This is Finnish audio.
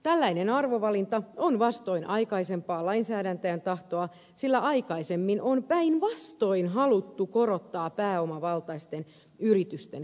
tällainen arvovalinta on vastoin aikaisempaa lainsäätäjän tahtoa sillä aikaisemmin on päinvastoin haluttu korottaa pääomavaltaisten yritysten kelamaksua